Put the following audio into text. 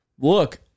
look